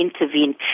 intervene